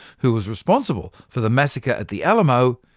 who was responsible for the massacre at the alamo,